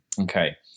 Okay